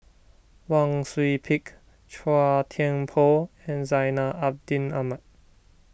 Wang Sui Pick Chua Thian Poh and Zainal Abidin Ahmad